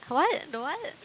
what the what